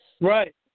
Right